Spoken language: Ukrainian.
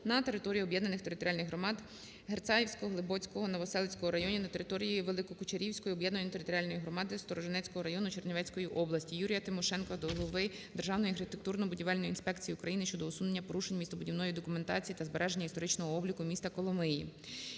на території об'єднаних територіальних громад Герцаївського, Глибоцького, Новоселицького районів та на території Великокучерівської об'єднаної територіальної громади Сторожинецького району Чернівецької області. ЮріяТимошенка до голови Державної архітектурно-будівельної інспекції України щодо усунення порушень містобудівної документації та збереження історичного обліку міста Коломиї.